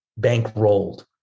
bankrolled